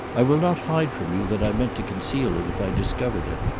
i will not hide from you that i meant to conceal it if i discovered it.